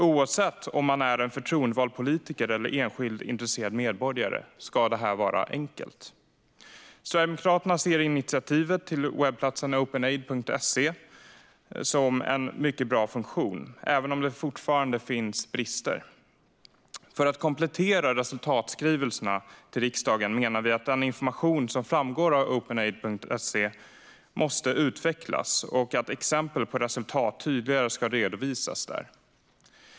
Oavsett om man är en förtroendevald politiker eller en enskild intresserad medborgare ska detta vara enkelt. Sverigedemokraterna ser initiativet till webbplatsen Openaid.se som en mycket bra funktion, även om det fortfarande finns brister. För att komplettera resultatskrivelserna till riksdagen menar vi att den information som framgår av Openaid.se måste utvecklas och att exempel på resultat tydligare ska redovisas där.